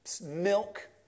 milk